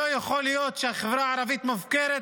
לא יכול להיות שהחברה הערבית מופקרת